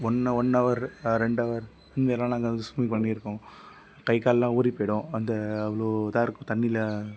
ஒன்னு ஒன் அவர் ரெண்டு அவர் இந்த மாரிலாம் நாங்கள் வந்து ஸ்விம்மிங் பண்ணியிருக்கோம் கை காலெல்லாம் ஊறிப் போய்விடும் அந்த அவ்வளோ இதாக இருக்கும் தண்ணியில்